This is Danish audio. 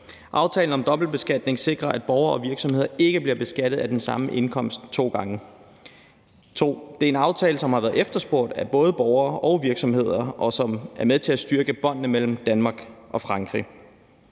Aftalen om dobbeltbeskatning sikrer, at borgere og virksomheder ikke bliver beskattet af den samme indkomst to gange. 2) Det er en aftale, som har været efterspurgt af både borgere og virksomheder, og som er med til at styrke båndene mellem Danmark og Frankrig.